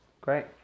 great